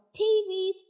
TVs